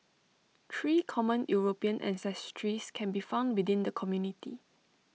three common european ancestries can be found within the community